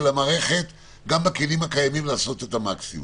המערכת גם בכלים הקיימים לעשות את המקסימום.